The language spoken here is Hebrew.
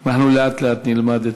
אנחנו לאט-לאט נלמד.